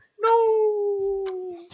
No